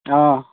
অঁ